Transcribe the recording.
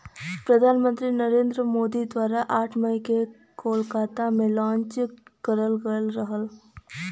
प्रधान मंत्री नरेंद्र मोदी द्वारा आठ मई के कोलकाता में लॉन्च किहल गयल रहल